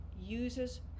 uses